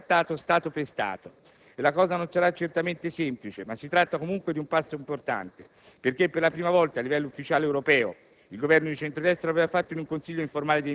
Ora questo pacchetto di misure dovrà essere contrattato Stato per Stato e la cosa non sarà certamente semplice, ma si tratta comunque di un passo importante perché per la prima volta a livello ufficiale europeo